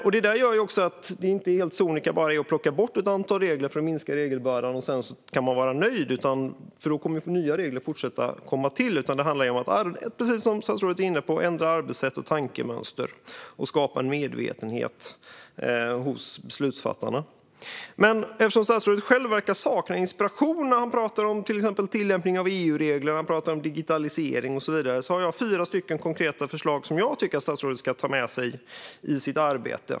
Man kan inte helt sonika plocka bort ett antal regler för att minska regelbördan och sedan vara nöjd. Då kommer nya regler att fortsätta att komma till. Det handlar, precis som statsrådet är inne på, om att ändra arbetssätt och tankemönster och om att skapa en medvetenhet hos beslutsfattarna. Statsrådet själv verkar sakna inspiration; han talar till exempel om tillämpning av EU-regler, digitalisering och så vidare. Därför har jag fyra konkreta förslag som jag tycker att statsrådet ska ta med sig i sitt arbete.